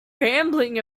rambling